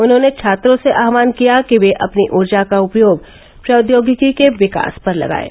उन्होंने छात्रों से आहवान किया वे अपनी ऊर्जा का उपयोग प्रौद्योगिकी के विकास पर लगाएं